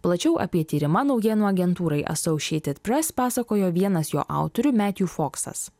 plačiau apie tyrimą naujienų agentūrai associated press pasakojo vienas jo autorių metju foksas